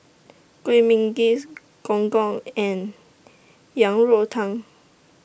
Kuih Manggis Gong Gong and Yang Rou Tang